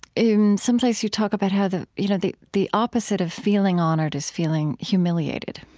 in some place, you talk about how the you know, the the opposite of feeling honored is feeling humiliated.